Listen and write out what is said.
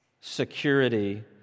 security